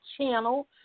channel